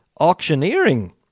auctioneering